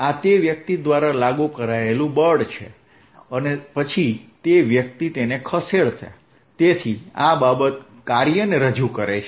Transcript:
આ તે વ્યક્તિ દ્વારા લાગુ કરાયેલ બળ છે અને પછી તે વ્યક્તિ તેને ખસેડશે તેથી આ બાબત કાર્ય ને રજૂ કરે છે